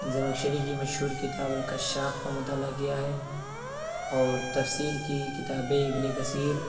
زمخشری کی مشہور کتاب الکشاف کا مطالعہ کیا ہے اور تفسیر کی کتابیں ابن کثیر